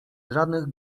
żadnych